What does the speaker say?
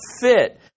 fit